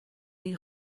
این